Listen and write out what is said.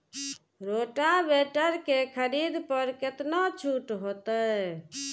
Rotavator के खरीद पर केतना छूट होते?